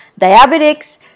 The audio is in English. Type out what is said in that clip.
Diabetics